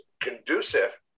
conducive